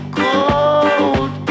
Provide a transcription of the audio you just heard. cold